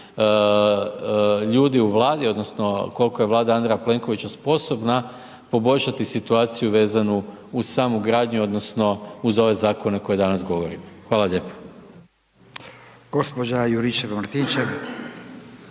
ljudi u Vladi, odnosno koliko je Vlada Andreja Plenkovića sposobna poboljšati situaciju vezanu uz samu gradnju odnosno uz ove zakone o kojima danas govorimo. Hvala lijepa.